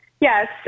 Yes